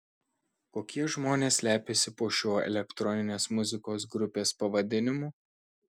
kokie žmonės slepiasi po šiuo elektroninės muzikos grupės pavadinimu